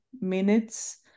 minutes